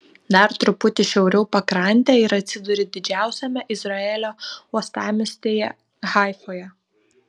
dar truputį šiauriau pakrante ir atsiduri didžiausiame izraelio uostamiestyje haifoje